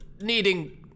needing